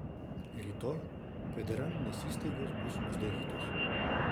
rytoj federalinės įstaigos bus uždarytos